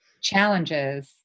challenges